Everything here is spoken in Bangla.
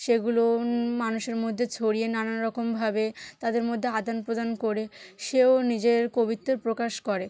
সেগুলো মানুষের মদ্যে ছড়িয়ে নানান রকমভাবে তাদের মদ্যে আদান প্রদান করে সেও নিজের কবিত্বের প্রকাশ করে